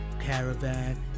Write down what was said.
caravan